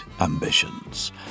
ambitions